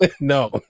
No